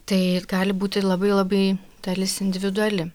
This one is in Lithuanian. tai gali būti labai labai dalis individuali